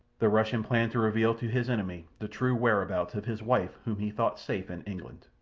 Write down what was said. the russian planned to reveal to his enemy the true whereabouts of his wife whom he thought safe in england.